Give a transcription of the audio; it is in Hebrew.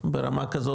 ברמה כזאת,